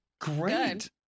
Great